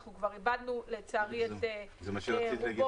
אנחנו כבר איבדנו לצערי את רובו.